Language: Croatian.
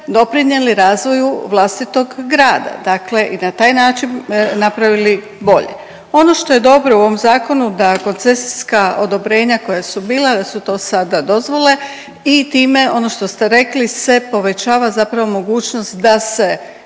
doprinjeli razvoju vlastitog grada, dakle i na taj način napravili bolje. Ono što je dobro u ovom zakonu da koncesijska odobrenja koja su bila da su to sada dozvole i time, ono što ste rekli, se povećava zapravo mogućnost da se